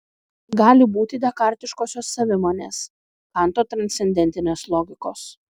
gali būti dekartiškosios savimonės kanto transcendentinės logikos